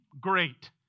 great